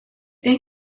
think